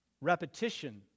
repetition